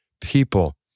people